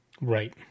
Right